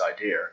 idea